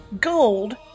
gold